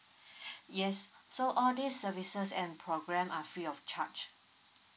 yes so all these services and program are free of charge